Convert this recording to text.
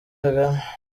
kagame